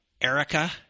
Erica